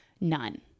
none